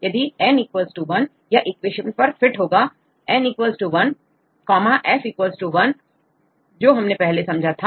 यदि N 1 यह equation पर फिट होगा N 1 F 1 जो हमने पहले समझा था